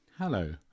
Hello